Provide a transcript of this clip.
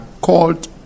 called